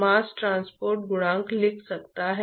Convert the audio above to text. मेरे पास 3 निर्देशांक हैं